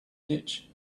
ditch